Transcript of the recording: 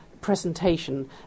presentation